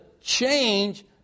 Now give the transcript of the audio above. change